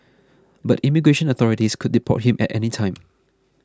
but immigration authorities could deport him at any time